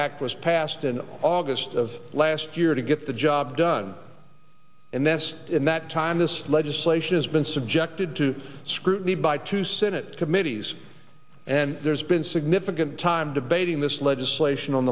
was passed in august of last year to get the job done and that's in that time this legislation has been subjected to scrutiny by two senate committees and there's been significant time debating this legislation on